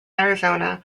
arizona